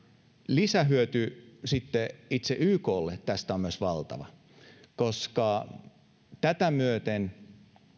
lisähyöty itse yklle tästä on myös valtava koska tätä myöten